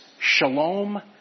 shalom